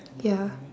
ya